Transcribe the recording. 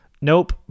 nope